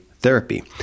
Therapy